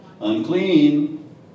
Unclean